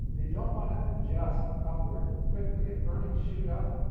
they don't want to adjust upward quickly if earnings shoot up.